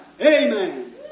Amen